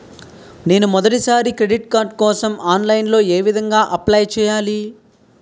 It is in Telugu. నేను మొదటిసారి క్రెడిట్ కార్డ్ కోసం ఆన్లైన్ లో ఏ విధంగా అప్లై చేయాలి?